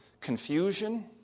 confusion